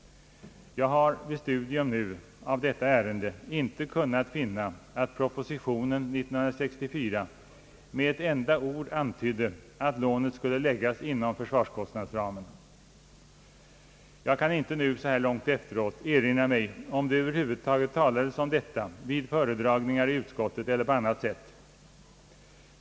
Jag har vid studium av ärendet inte kunnat finna att propositionen år 1964 med ett enda ord antydde att lånet skulle läggas inom försvarskostnadsramen. Jag kan inte nu så här långt efteråt erinra mig om det över huvud taget talades om detta vid föredragningen i utskottet eller på annat sätt.